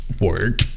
Work